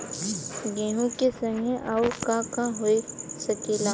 गेहूँ के संगे आऊर का का हो सकेला?